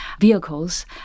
vehicles